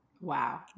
Wow